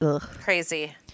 Crazy